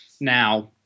Now